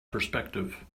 perspective